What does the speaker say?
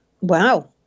Wow